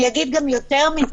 אגיד יותר מזה.